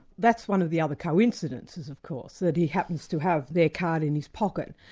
that's one of the other coincidences of course, that he happens to have their card in his pocket.